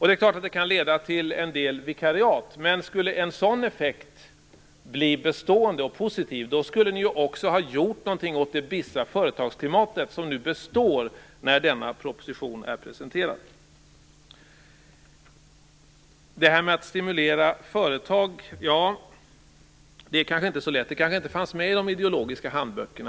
Det är klart att det kan leda till en del vikariat, men skulle en sådan effekt bli bestående och positiv, skulle ni också ha gjort någonting åt det bistra företagsklimat som nu består i och med denna proposition. Det kanske inte är så lätt att stimulera företag. Det kanske inte finns med i de ideologiska handböckerna.